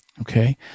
Okay